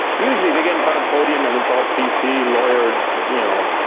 usually they get in front of a podium and it's all pc, lawyer, you know,